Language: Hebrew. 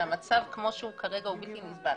שהמצב כמו שהוא כרגע הוא בלתי נסבל,